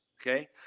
okay